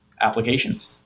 applications